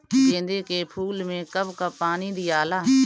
गेंदे के फूल मे कब कब पानी दियाला?